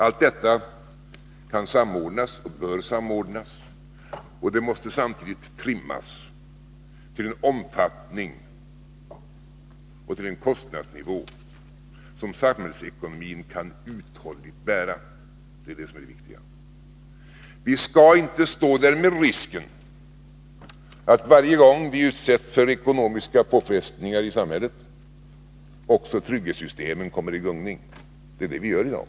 Alla dessa kan och bör samordnas, och de måste samtidigt trimmas till en omfattning och till en kostnadsnivå som samhällsekonomin uthålligt kan bära. Det är detta som är det viktiga. Vi skall inte stå där med risken att varje gång vi utsätts för ekonomiska påfrestningar i samhället, så kommer också trygghetssystemen i gungning. Det är vad vi gör i dag.